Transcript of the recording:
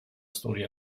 storia